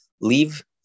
leave